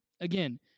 again